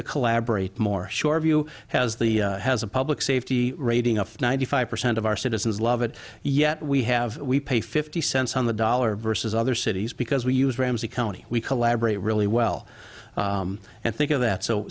to collaborate more shoreview has the has a public safety rating of ninety five percent of our citizens love it yet we have we pay fifty cents on the dollar versus other cities because we use ramsey county we collaborate really well and think of that so